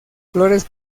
flores